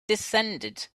descended